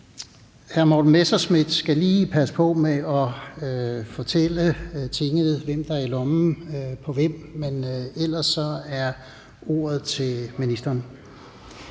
Hr. Morten Messerschmidt skal lige passe på med at fortælle Tinget, hvem der er i lommen på hvem. Men ellers er ordet ministerens.